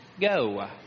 go